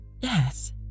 Yes